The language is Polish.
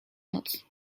noc